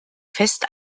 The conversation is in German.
fest